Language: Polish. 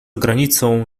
granicą